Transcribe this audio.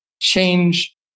change